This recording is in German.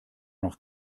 noch